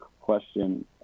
question